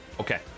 okay